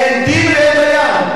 אין דין ואין דיין,